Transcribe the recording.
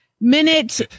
minute